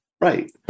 Right